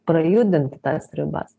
prajudinti tas ribas